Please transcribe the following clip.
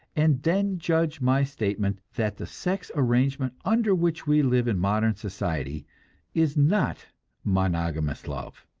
and then judge my statement that the sex arrangement under which we live in modern society is not monogamous love,